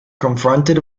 confronted